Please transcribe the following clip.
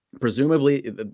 Presumably